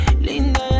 linda